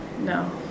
No